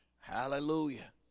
Hallelujah